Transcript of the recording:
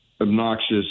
obnoxious